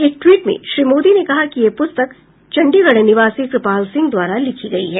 एक ट्वीट में श्री मोदी ने कहा कि यह पुस्तक चंडीगढ निवासी कृपाल सिंह द्वारा लिखी गई है